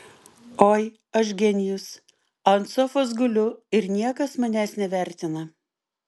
oi aš genijus ant sofos guliu ir niekas manęs nevertina